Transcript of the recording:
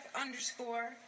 underscore